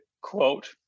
quote